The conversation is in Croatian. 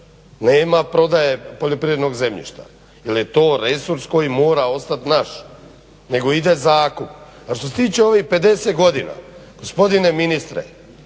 nema prodaje poljoprivrednog zemljišta jer je to resurs koji mora ostat naš, nego ide zakup. A što se tiče ovih 50 godina gospodine ministre,